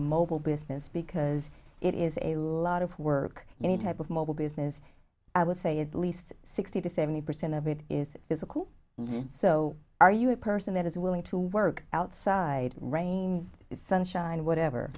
mobile business because it is a lot of work any type of mobile business i would say at least sixty to seventy percent of it is physical so are you a person that is willing to work outside running sunshine whatever